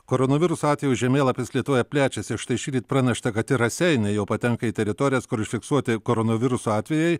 koronaviruso atvejų žemėlapis lietuvoje plečiasi štai šįryt pranešta kad ir raseiniai jau patenka į teritorijas kur užfiksuoti koronaviruso atvejai